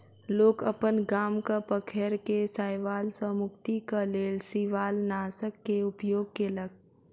लोक अपन गामक पोखैर के शैवाल सॅ मुक्तिक लेल शिवालनाशक के उपयोग केलक